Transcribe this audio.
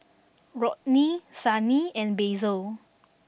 Rodney Sunny and Basil